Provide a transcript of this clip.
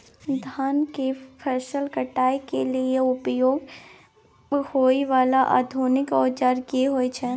धान के फसल काटय के लिए उपयोग होय वाला आधुनिक औजार की होय छै?